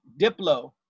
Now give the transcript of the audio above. Diplo